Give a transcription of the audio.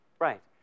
Right